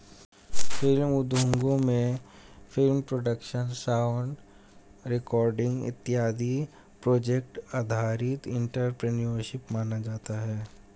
film उद्योगों में film production sound recording इत्यादि प्रोजेक्ट आधारित एंटरप्रेन्योरशिप माना जाता है